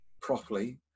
properly